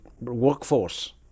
workforce